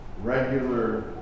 regular